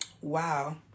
wow